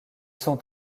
sont